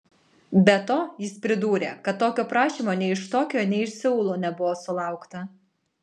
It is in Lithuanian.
be to jis pridūrė kad tokio prašymo nei iš tokijo nei iš seulo nebuvo sulaukta